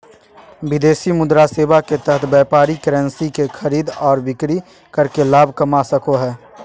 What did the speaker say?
विदेशी मुद्रा सेवा के तहत व्यापारी करेंसी के खरीद आर बिक्री करके लाभ कमा सको हय